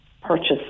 Purchase